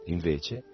Invece